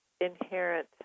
inherent